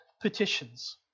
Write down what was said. petitions